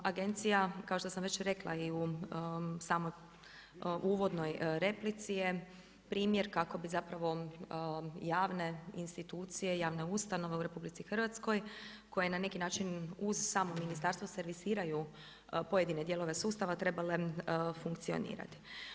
Agencija kao što sam već rekla i u samoj uvodnoj replici je primjer kako bi zapravo javne institucije, javne ustanove u RH koje na neki način uz samo ministarstvo servisiraju pojedine dijelove sustava trebale funkcionirati.